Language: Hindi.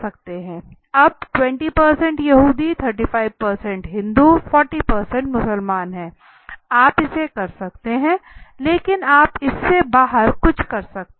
अब 20 यहूदी 35 हिंदुओं 40 मुसलमान हैं आप इसे कर सकते हैं लेकिन आप इसे से बाहर कुछ कर सकते हैं